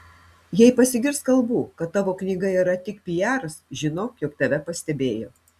jei pasigirs kalbų kad tavo knyga yra tik pijaras žinok jog tave pastebėjo